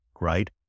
right